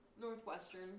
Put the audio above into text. Northwestern